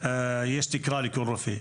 יש תקרה לכל רופא.